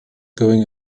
going